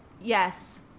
yes